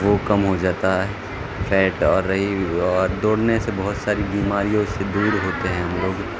وہ کم ہو جاتا ہے فیٹ اور رہی اور دوڑنے سے بوہوت ساری بیماریوں سے دور ہوتے ہیں ہم لوگ